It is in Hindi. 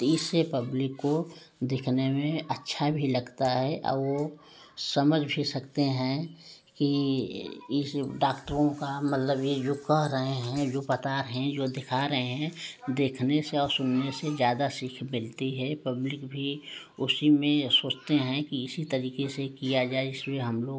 इससे पब्लिक को दिखने में अच्छा भी लगता है और समझ भी सकते हैं कि इस डाक्टरों का मतलब ये जो कह रहे हैं जो पता हैं जो दिखा रहे हैं देखने से और सुनने से ज़्यादा सीख मिलती है पब्लिक भी उसी में सोचते हैं कि इसी तरीके से किया जाए इसमें हम लोग